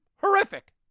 horrific